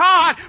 God